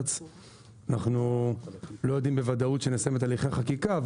אנחנו לא יודעים בוודאות שנסיים את הליכי החקיקה,